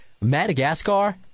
Madagascar